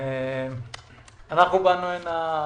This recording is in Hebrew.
אנחנו באנו לכאן.